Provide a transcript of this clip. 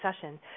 session